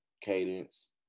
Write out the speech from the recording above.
Cadence